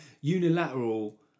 unilateral